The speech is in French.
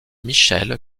michel